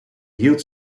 hield